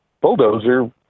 bulldozer